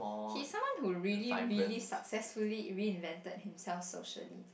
he someone who really really successfully in mean of invented himself socially